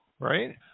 Right